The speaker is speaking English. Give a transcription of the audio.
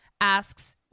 asks